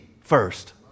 first